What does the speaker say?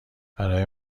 برای